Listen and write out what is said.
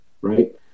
right